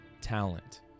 talent